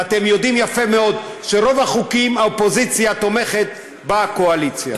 ואתם יודעים יפה מאוד שברוב החוקים האופוזיציה תומכת בקואליציה.